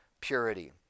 purity